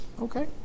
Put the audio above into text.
Okay